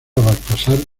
baltasar